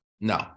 No